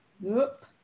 Nope